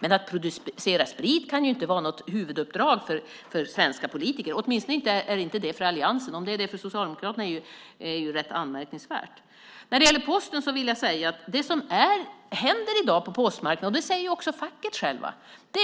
Men att producera sprit kan ju inte vara något huvuduppdrag för svenska politiker. Åtminstone är det inte det för alliansen. Om det är det för Socialdemokraterna är det rätt anmärkningsvärt. När det gäller Posten vill jag säga att det som händer i dag på postmarknaden, och det säger också facket självt,